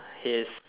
his